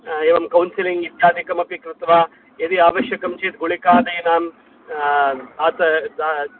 एवं कौन्सिलिङ्ग् इत्यादिकमपि कृत्वा यदि आवश्यकं चेत् गुलिकादीनां दा